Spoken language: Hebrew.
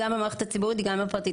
גם במערכת הציבורית וגם במערכת פרטית.